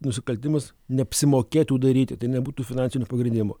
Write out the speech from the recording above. nusikaltimus neapsimokėtų daryti tai nebūtų finansinio pagrindimo